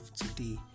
today